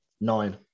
Nine